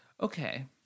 Okay